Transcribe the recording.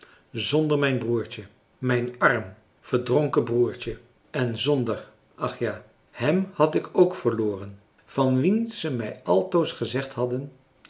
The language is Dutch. zonder mijn broertje mijn arm verdronken broertje en zonder ach ja hem had ik ook verloren van wien ze mij altoos gezegd hadden